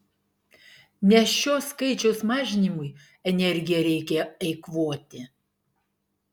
ne šio skaičiaus mažinimui energiją reikia eikvoti